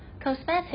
Cosmetics